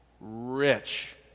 rich